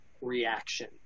reaction